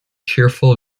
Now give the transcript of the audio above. cheerful